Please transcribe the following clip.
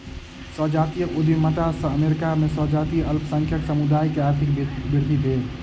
संजातीय उद्यमिता सॅ अमेरिका में संजातीय अल्पसंख्यक समुदाय में आर्थिक वृद्धि भेल